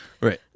Right